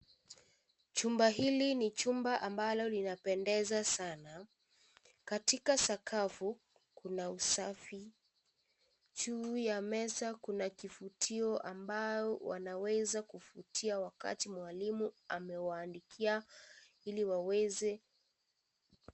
Chumba hili ni chumba ambalo linapendeza sana, katika sakafu kuna usafi. Juu ya meza kuna kivutio ambao unaweza kuvutia wakati mwalimu amewaandikia ili waweze.